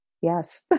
Yes